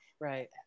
Right